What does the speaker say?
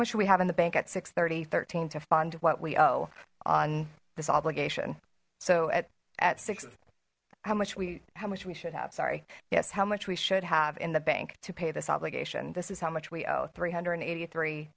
should we have in the bank at six thirty thirteen to fund what we owe on this obligation so at at six how much we how much we should have sorry yes how much we should have in the bank to pay this obligation this is how much we owe three hundred and eighty three